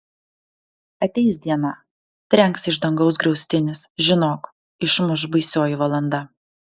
ateis diena trenks iš dangaus griaustinis žinok išmuš baisioji valanda